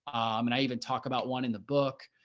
and i even talked about one in the book.